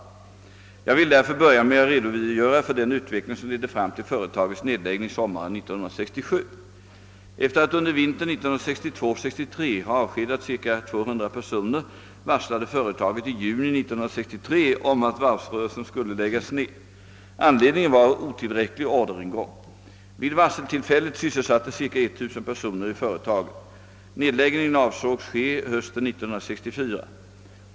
Jag vill därför börja med att redogöra för den utveckling som ledde fram till företagets nedläggning sommaren 1967. Efter att under vintern 1962—1963 ha avskedat cirka 200 personer varslade företaget i juni 1963 om att varvsrörelsen skulle läggas ned. Anledningen var otillräcklig orderingång. Vid varseltillfället sysselsattes ca 1 000 personer i företaget. Nedläggningen avsågs ske hösten 1964.